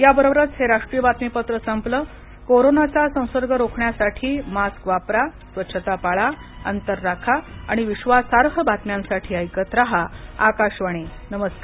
याबरोबरच हे राष्ट्रीय बातमीपत्र संपलं कोरोनाचा संसर्ग रोखण्यासाठी मास्क वापरा स्वच्छता पाळा अंतर राखा आणि विश्वासार्ह बातम्यांसाठी ऐकत रहा आकाशवाणी नमस्कार